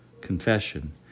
Confession